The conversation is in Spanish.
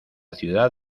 ciudad